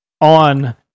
on